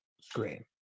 screen